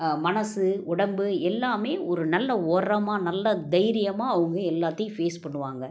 மனது உடம்பு எல்லாமே ஒரு நல்ல உரமாக நல்ல தைரியமாக அவங்க எல்லாத்தையும் ஃபேஸ் பண்ணுவாங்க